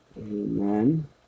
Amen